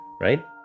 right